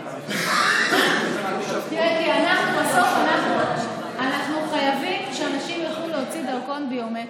כי בסוף אנחנו חייבים שאנשים ילכו להוציא דרכון ביומטרי.